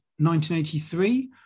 1983